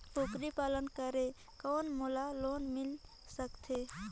कूकरी पालन करे कौन मोला लोन मिल सकथे?